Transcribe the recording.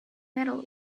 metal